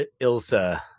ilsa